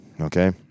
okay